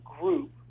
group